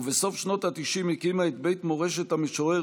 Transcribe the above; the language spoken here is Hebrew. ובסוף שנות התשעים הקימה את בית מורשת המשורר